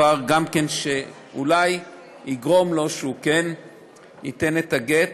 גם זה דבר שאולי יגרום לו כן לתת את הגט,